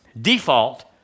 default